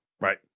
Right